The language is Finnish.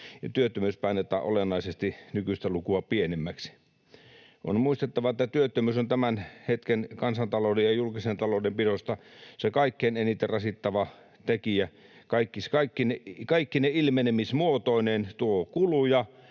ja työttömyys painetaan olennaisesti nykyistä lukua pienemmäksi. On muistettava, että työttömyys on tämän hetken kansantalouden ja julkisen talouden pidossa se kaikkein eniten rasittava tekijä. Se kaikkine ilmenemismuotoineen tuo kuluja